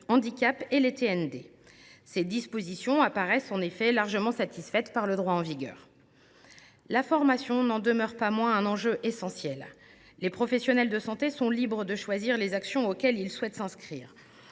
continu (DPC). Ces dispositions apparaissent en effet largement satisfaites par le droit en vigueur. La formation n’en demeure pas moins un enjeu essentiel. Les professionnels de santé sont libres de choisir les actions auxquelles ils souhaitent s’inscrire.